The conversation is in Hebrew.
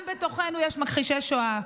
גם בתוכנו יש מכחישי שואה,